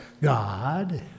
God